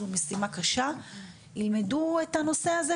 זו משימה קשה - ילמדו את הנושא הזה,